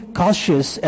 cautious